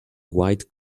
white